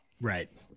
Right